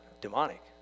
demonic